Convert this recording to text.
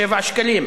שקלים,